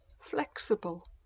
Flexible